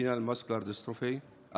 Spinal Muscular Atrophy,